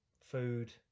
food